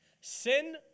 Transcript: Sin